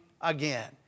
again